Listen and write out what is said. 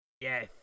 Yes